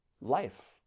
life